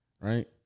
right